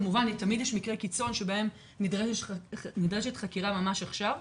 כמובן תמיד יש מקרי קיצון שבהם נדרשת חקירה ממש עכשיו,